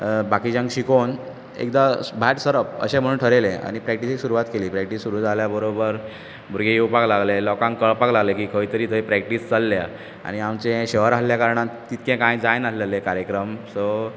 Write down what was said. बाकिच्यांक शिकोवन एकदां भायर सरप अशें म्हूण थारयलें आनी प्रॅक्टिसेक सुरवात केली प्रॅक्टीस सुरू जाल्या बरोबर भुरगें योवपाक लागले भुरग्यांक कळपाक लागले की खंय तरी थंय प्रॅक्टीस चल्ल्या आनी आमचें शहर आसल्या कारणान तितकें कांय जाय नासल्ले कार्यक्रम सो